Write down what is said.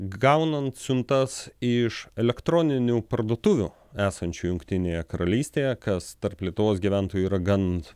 gaunant siuntas iš elektroninių parduotuvių esančių jungtinėje karalystėje kas tarp lietuvos gyventojų yra gan